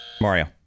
Mario